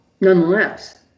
nonetheless